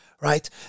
right